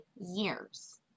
years